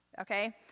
okay